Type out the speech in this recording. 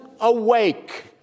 awake